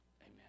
amen